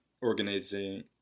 organizing